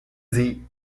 sie